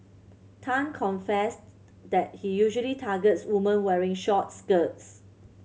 Tan confessed that he usually targets women wearing short skirts